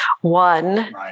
one